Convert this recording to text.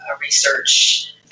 research